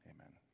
Amen